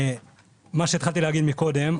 מה שהתחלתי להגיד מקודם,